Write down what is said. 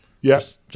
Yes